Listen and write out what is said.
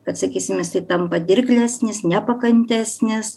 kad sakysim jisai tampa dirglesnis nepakantesnis